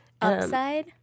upside